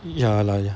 ya lah ya